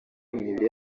imibiri